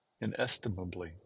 inestimably